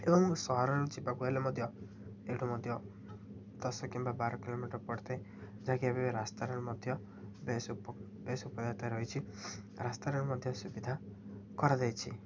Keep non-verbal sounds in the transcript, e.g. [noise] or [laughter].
ଏବଂ ସହରର ଯିବାକୁ ହେଲେ ମଧ୍ୟ ଏଇଠୁ ମଧ୍ୟ ଦଶ କିମ୍ବା ବାର କିଲୋମିଟର ପଡ଼ିଥାଏ ଯାହାକି ଏବେ ରାସ୍ତାରେ ମଧ୍ୟ ବେଶ ବେଶ [unintelligible] ରହିଛି ରାସ୍ତାରେ ମଧ୍ୟ ସୁବିଧା କରାଯାଇଛି